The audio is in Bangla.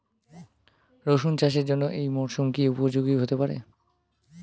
রসুন চাষের জন্য এই মরসুম কি উপযোগী হতে পারে?